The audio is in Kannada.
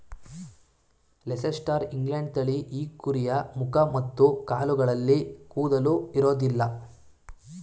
ಲೀಸೆಸ್ಟರ್ ಇಂಗ್ಲೆಂಡ್ ತಳಿ ಈ ಕುರಿಯ ಮುಖ ಮತ್ತು ಕಾಲುಗಳಲ್ಲಿ ಕೂದಲು ಇರೋದಿಲ್ಲ